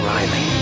Riley